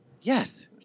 Yes